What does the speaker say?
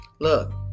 look